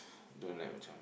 don't like macam